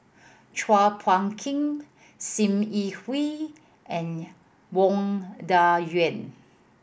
Chua Phung Kim Sim Yi Hui and Wang Dayuan